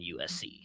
USC